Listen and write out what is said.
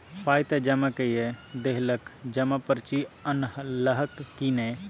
पाय त जमा कए देलहक जमा पर्ची अनलहक की नै